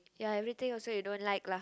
ya everything also you don't like lah